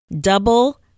Double